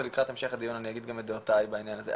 ולקראת המשך הדיון אני אגיד את גם דעותיי בנושא הזה.